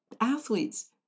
athletes